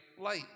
light